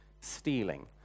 stealing